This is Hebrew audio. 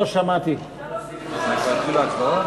אדוני היושב-ראש, אפשר להוסיף אותנו לפרוטוקול?